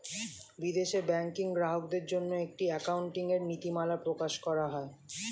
বিদেশে ব্যাংকিং গ্রাহকদের জন্য একটি অ্যাকাউন্টিং এর নীতিমালা প্রকাশ করা হয়